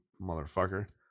motherfucker